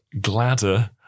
gladder